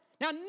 Now